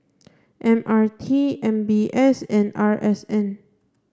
M R T M B S and R S N